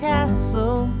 Castle